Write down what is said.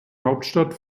hauptstadt